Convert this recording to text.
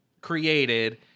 created